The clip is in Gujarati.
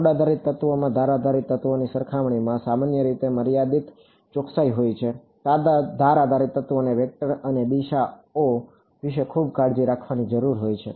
નોડ આધારિત તત્વોમાં ધાર આધારિત તત્વોની સરખામણીમાં સામાન્ય રીતે મર્યાદિત ચોકસાઈ હોય છે ધાર આધારિત તત્વોને વેક્ટર અને દિશાઓ વિશે ખૂબ કાળજી રાખવાની જરૂર હોય છે